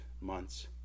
months